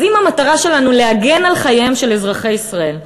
אז אם המטרה שלנו היא להגן על חייהם של אזרחי ישראל,